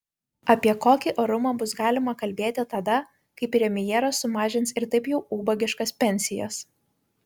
apie kokį orumą bus galima kalbėti tada kai premjeras sumažins ir taip jau ubagiškas pensijas